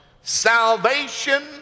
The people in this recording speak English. Salvation